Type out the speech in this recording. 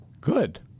good